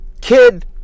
kid-